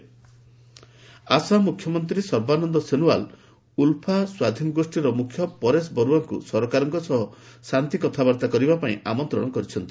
ଆସାମ ବେଡୋଲ୍ୟାଣ୍ଟ ଡେ ଆସାମ ମୁଖ୍ୟମନ୍ତ୍ରୀ ସର୍ବାନନ୍ଦ ସୋନୋୱାଲ୍ ଉଲ୍ଫା ସ୍ୱାଧୀନ ଗୋଷ୍ଠୀର ମୁଖ୍ୟ ପରେଶ ବରୁଆଙ୍କୁ ସରକାରଙ୍କ ସହ ଶାନ୍ତି କଥାବାର୍ତ୍ତା କରିବାପାଇଁ ଆମନ୍ତ୍ରଣ କରିଛନ୍ତି